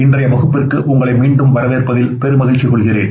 இன்றைய வகுப்பிற்கு உங்களை மீண்டும் வரவேற்பதில் பெரு மகிழ்ச்சி கொள்கிறேன்